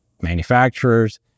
manufacturers